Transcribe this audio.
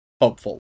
hopeful